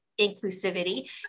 inclusivity